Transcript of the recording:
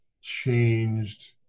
changed